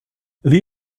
les